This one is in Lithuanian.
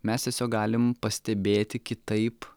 mes tiesiog galim pastebėti kitaip